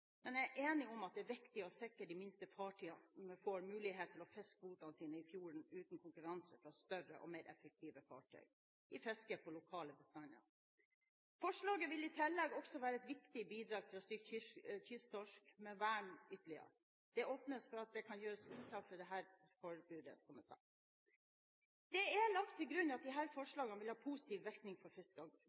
at det er viktig å sikre at de minste fartøyene får mulighet til å fiske kvotene sine i fjordene uten konkurranse fra større og mer effektive fartøy i fiske på lokale bestander. Forslaget vil i tillegg også være et viktig bidrag til å styrke kysttorskvernet ytterligere. Det åpnes for at det kan gjøres unntak fra dette forbudet, som jeg sa. Det er lagt til grunn at disse forslagene vil ha en positiv virkning for